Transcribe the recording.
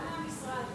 גם מהמשרד,